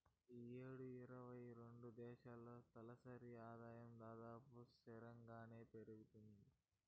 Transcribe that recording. ఈ యేడు అరవై రెండు దేశాల్లో తలసరి ఆదాయం దాదాపు స్తిరంగానే పెరగతాంది